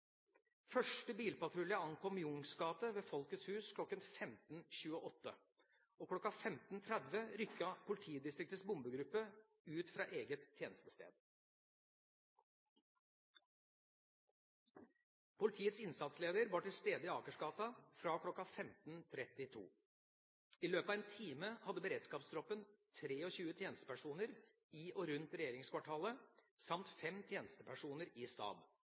Første bilpatrulje ankom Youngs gate ved Folkets Hus kl. 15.28, og kl. 15.30 rykket politidistriktets bombegruppe ut fra eget tjenestested. Politiets innsatsleder var til stede i Akersgaten fra kl. 15.32. I løpet av en time hadde beredskapstroppen 23 tjenestepersoner i og rundt regjeringskvartalet samt fem tjenestepersoner i stab.